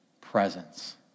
presence